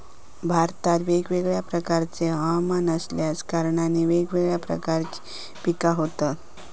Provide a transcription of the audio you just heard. भारतात वेगवेगळ्या प्रकारचे हवमान असल्या कारणान वेगवेगळ्या प्रकारची पिका होतत